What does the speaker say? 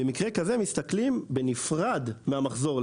במקרה כזה מסתכלים בנפרד מהמחזור.